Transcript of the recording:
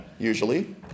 usually